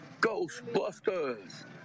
Ghostbusters